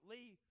Lee